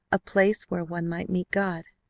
a place where one might meet god!